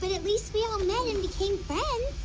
but at least the omegan became bad?